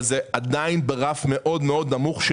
אבל זה עדיין ברף מאוד מאוד נמוך,